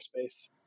space